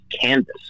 canvas